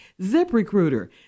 ZipRecruiter